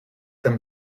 them